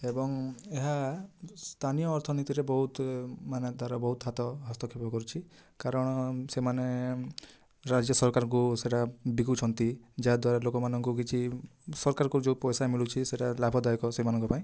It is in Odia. ଏବଂ ଏହା ସ୍ଥାନୀୟ ଅର୍ଥନୀତିରେ ବହୁତ ମାନେ ତାର ବହୁତ ହାତ ହସ୍ତକ୍ଷେପ କରିଛି କାରଣ ସେମାନେ ରାଜ୍ୟସରକାରଙ୍କୁ ସେରା ବିକୁଛନ୍ତି ଯାହାଦ୍ୱାରା ଲୋକମାନଙ୍କୁ କିଛି ସରକାରକୁ ଯେଉଁ ପଇସା ମିଳୁଛି ସେଇଟା ଲାଭଦାୟକ ସେମାନଙ୍କ ପାଇଁ